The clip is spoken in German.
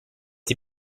die